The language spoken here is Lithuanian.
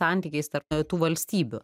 santykiais tarp tų valstybių